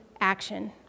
action